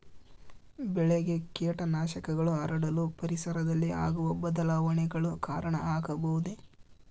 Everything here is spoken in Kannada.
ಬೆಳೆಗೆ ಕೇಟನಾಶಕಗಳು ಹರಡಲು ಪರಿಸರದಲ್ಲಿ ಆಗುವ ಬದಲಾವಣೆಗಳು ಕಾರಣ ಆಗಬಹುದೇ?